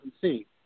see